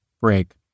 break